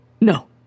No